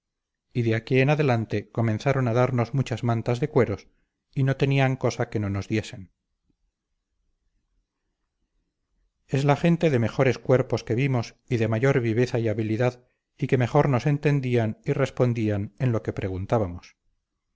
y de aquí en adelante comenzaron a darnos muchas mantas de cueros y no tenían cosa que no nos diesen es la gente de mejores cuerpos que vimos y de mayor viveza y habilidad y que mejor nos entendían y respondían en lo que preguntábamos